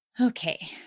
Okay